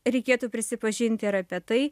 reikėtų prisipažinti ir apie tai